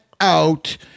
out